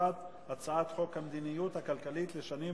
חלוקת הצעת חוק המדיניות הכלכלית לשנים